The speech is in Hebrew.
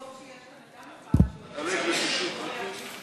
אחמד, טוב שיש כאן אדם אחד שיודע עברית על בורייה.